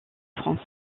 france